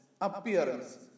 appearance